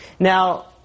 Now